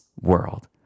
world